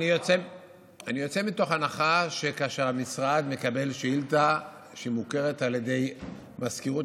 אני יוצא מתוך הנחה שכאשר המשרד מקבל שאילתה שמוכרת על ידי מזכירות